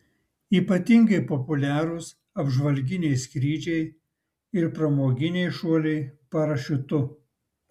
ypatingai populiarūs apžvalginiai skrydžiai ir pramoginiai šuoliai parašiutu